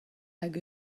hag